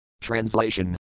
Translation